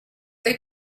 they